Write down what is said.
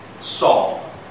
Saul